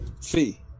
Fee